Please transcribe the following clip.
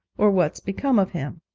or what's become of him!